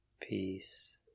peace